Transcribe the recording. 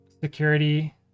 security